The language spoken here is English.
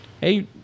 hey